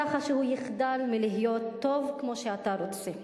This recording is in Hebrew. ככה שהוא יחדל מלהיות טוב כמו שאתה רוצה.